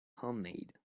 homemade